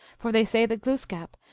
for they say that glooskap,